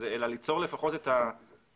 העוסקים, אלא ליצור לפחות את האחידות